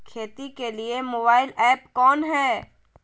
खेती के लिए मोबाइल ऐप कौन है?